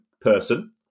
person